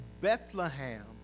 Bethlehem